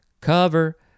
Cover